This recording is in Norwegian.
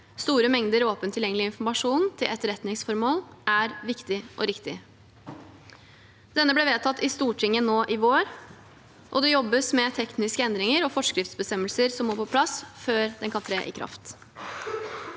store mengder åpent tilgjengelig informasjon til etterretningsformål, er viktig og riktig. Denne ble vedtatt i Stortinget i vår, og det jobbes nå med tekniske endringer og med forskriftsbestemmelser som må på plass før bestemmelsen kan tre i kraft.